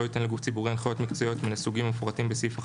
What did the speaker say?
ייתן לגוף ציבורי הנחיות מקצועיות מן הסוגים המפורטים בסעיף 11א(ה)